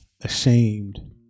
ashamed